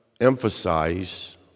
emphasize